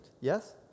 Yes